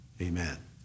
amen